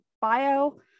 bio